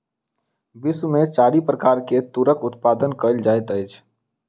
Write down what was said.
विश्व में चारि प्रकार के तूरक उत्पादन कयल जाइत अछि